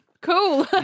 Cool